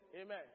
Amen